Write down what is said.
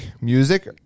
music